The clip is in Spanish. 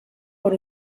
por